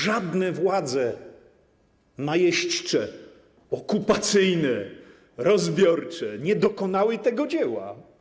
Żadne władze najeźdźcze, okupacyjne, rozbiorcze nie dokonały tego dzieła.